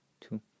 two